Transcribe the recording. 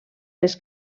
les